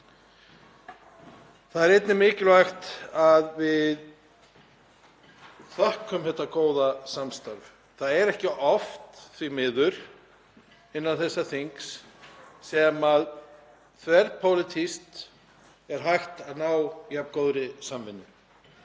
Það er einnig mikilvægt að við þökkum þetta góða samstarf. Það er ekki of oft, því miður, innan þessa þings sem þverpólitískt er hægt að ná jafn góðri samvinnu.